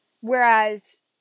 whereas